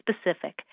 specific